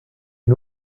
une